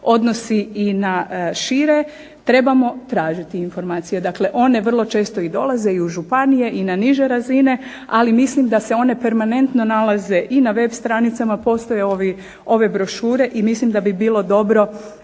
odnosi i na šire, trebamo tražiti informacije. Dakle, one vrlo često i dolaze i u županije i na niže razine, ali mislim da se one permanentno nalaze i na web stranicama, postoje ove brošure i mislim da bi bilo dobro